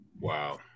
Wow